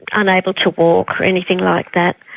unable to walk or anything like that,